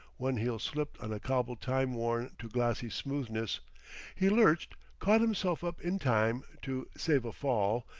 one heel slipped on a cobble time-worn to glassy smoothness he lurched, caught himself up in time to save a fall,